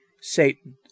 Satan